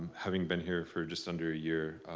having been here for just under a year,